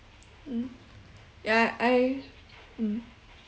mm yeah I mm